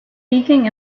peaking